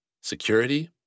security